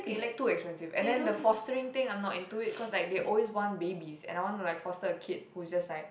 it's too expensive and then the fostering thing I'm not in do it cause they always want babies and I want to like foster a kid who is just like